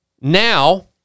now